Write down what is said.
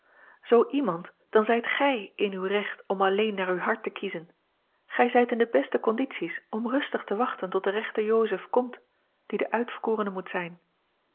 zoo iemand dan zijt gij in uw recht om alleen naar uw hart te kiezen gij zijt in de beste condities om rustig te wachten tot de rechte jozef komt die de uitverkorene moet zijn